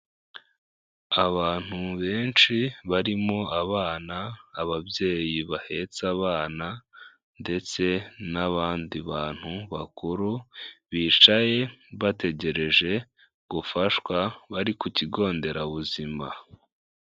Abantu benshi barimo abana, ababyeyi bahetse abana ndetse n'abandi bantu bakuru, bicaye bategereje gufashwa, bari ku kigo nderabuzima.